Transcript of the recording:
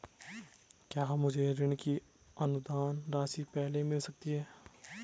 क्या मुझे ऋण की अनुदान राशि पहले मिल सकती है?